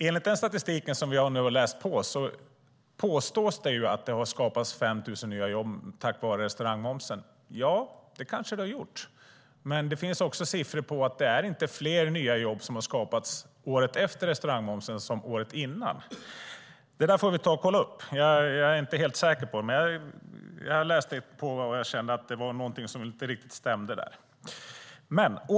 Enligt den statistik som jag nu har läst på påstås det att det har skapats 5 000 nya jobb tack vare restaurangmomsen. Ja, det kanske det har gjort. Men det finns också siffror på att det inte är fler nya jobb som har skapats året efter restaurangmomssänkningen än året innan. Det där får vi ta och kolla upp. Jag är inte helt säker på det, men jag har läst på och jag kände att det var något som inte riktigt stämde där.